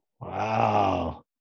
wow